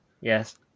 Yes